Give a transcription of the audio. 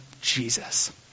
Jesus